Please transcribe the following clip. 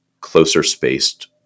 closer-spaced